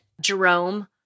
Jerome